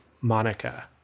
Monica